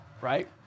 right